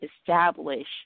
establish